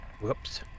Whoops